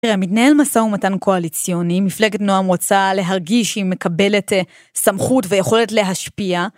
מתנהל מסע ומתן קואליציוני, מפלגת נועם רוצה להרגיש שהיא מקבלת סמכות ויכולת להשפיע.